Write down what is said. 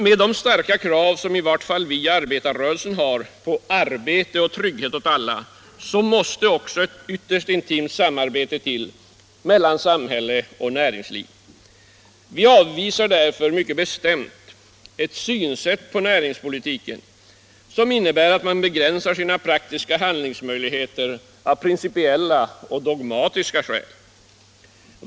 Med de starka krav som i varje fall vi i arbetarrörelsen ställer på arbete och trygghet åt alla måste ett ytterst intimt samarbete till mellan samhälle och näringsliv. Vi avvisar därför mycket bestämt en syn på näringspolitiken som innebär att man begränsar sina praktiska handlingsmöjligheter av principiella och dogmatiska skäl.